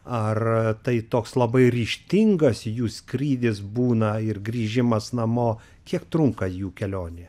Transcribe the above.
ar tai toks labai ryžtingas jų skrydis būna ir grįžimas namo kiek trunka jų kelionė